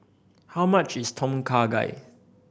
how much is Tom Kha Gai